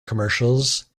commercials